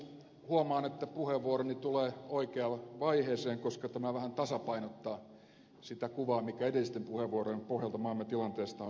huomaan että puheenvuoroni tulee oikeaan vaiheeseen koska tämä vähän tasapainottaa sitä kuvaa mikä edellisten puheenvuorojen pohjalta maamme tilanteesta on syntynyt